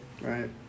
Right